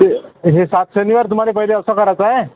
ते हे सात शनिवार तुम्हाला पहिले असं करायचं आहे